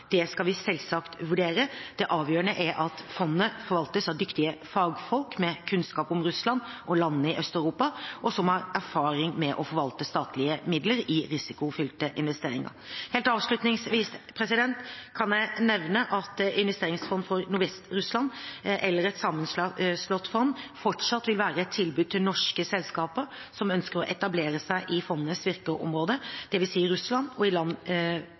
Det skal vi selvsagt vurdere. Det avgjørende er at fondene forvaltes av dyktige fagfolk med kunnskap om Russland og landene i Øst-Europa, og som har erfaring med å forvalte statlige midler i risikofylte investeringer. Helt avslutningsvis kan jeg nevne at Investeringsfond for Nordvest-Russland, eller et sammenslått fond, fortsatt vil være et tilbud til norske selskaper som ønsker å etablere seg i fondenes virkeområde, dvs. i Russland og land i